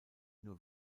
nur